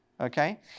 okay